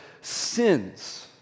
sins